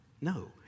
no